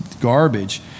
garbage